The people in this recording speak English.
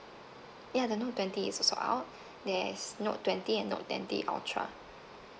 ya the note twenty is also out there is note twenty and note twenty ultra